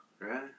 right